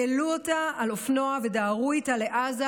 העלו אותה על אופנוע ודהרו איתה לעזה